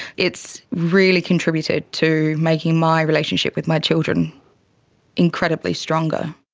it's really contributed to making my relationship with my children incredibly stronger.